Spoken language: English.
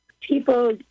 people